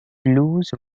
blues